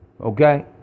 Okay